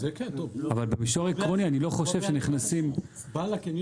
אבל אני לא חושב שנכנסים במישור העקרוני.